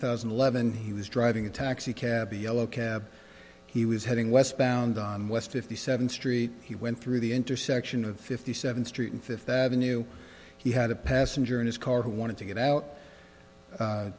thousand and eleven he was driving a taxi cab yellow cab he was heading westbound on west fifty seventh street he went through the intersection of fifty seventh street and fifth avenue he had a passenger in his car who wanted to get out